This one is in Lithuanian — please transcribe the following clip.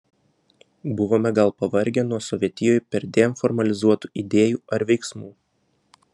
buvome gal pavargę nuo sovietijoj perdėm formalizuotų idėjų ar veiksmų